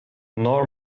nor